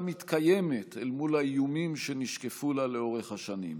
מתקיימת אל מול האיומים שנשקפו לה לאורך השנים.